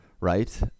right